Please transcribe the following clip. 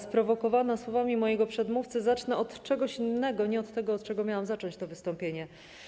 Sprowokowana słowami mojego przedmówcy zacznę od czegoś innego, nie od tego, od czego miałam zacząć to wystąpienie.